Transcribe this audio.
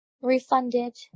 refunded